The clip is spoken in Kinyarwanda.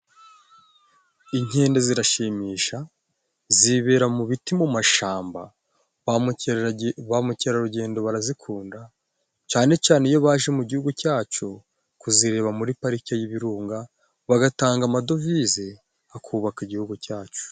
Inkende zirashimisha, zibera mu biti mu mashyamba. Ba mukerarugendo barazikunda, cyane cyane iyo baje mu gihugu cyacu kuzireba muri parike y'ibirunga, bagatanga amadovize akubaka igihugu cyacu.